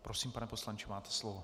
Prosím, pane poslanče, máte slovo.